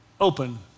open